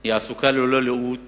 היא עסוקה ללא לאות